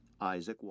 Isaac